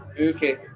Okay